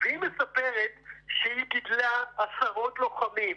והיא מספרת שהיא גידלה עשרות לוחמים.